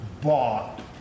bought